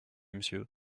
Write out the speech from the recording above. monsieur